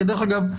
דרך אגב,